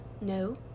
No